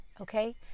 okay